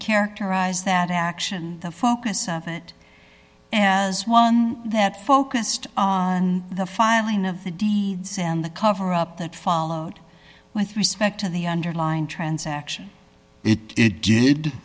characterize that action the focus of it and as one that focused on the fire line of the deeds and the coverup that followed with respect to the underlying transaction